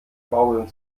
baumeln